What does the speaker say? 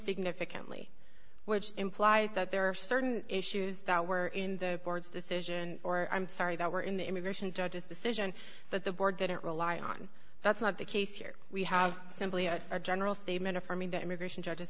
significantly which implies that there are certain issues that were in the board's decision or i'm sorry that were in the immigration judge's decision that the board didn't rely on that's not the case here we have simply had a general statement affirming that immigration judges